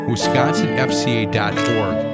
WisconsinFCA.org